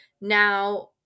Now